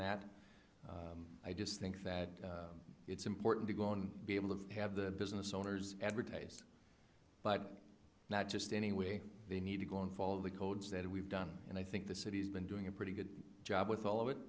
that i just think that it's important to go and be able to have the business owners advertise but not just any way they need to go and follow the codes that we've done and i think the city's been doing a pretty good job with all of it